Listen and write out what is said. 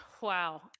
Wow